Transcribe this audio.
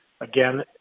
again